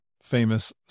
Famous